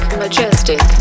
majestic